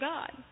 God